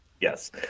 Yes